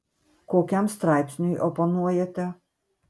kokiam straipsniui oponuojate